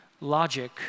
logic